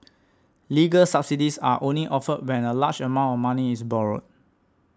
legal subsidies are only offered when a large amount of money is borrowed